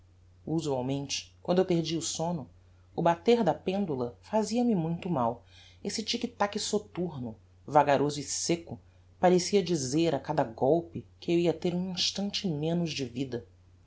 usualmente quando eu perdia o somno o bater da pendula fazia-me muito mal esse tic tac soturno vagaroso e secco parecia dizer a cada golpe que eu ia ter um instante menos de vida